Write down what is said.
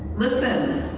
listen,